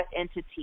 entity